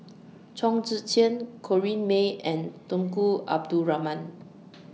Chong Tze Chien Corrinne May and Tunku Abdul Rahman